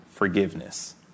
forgiveness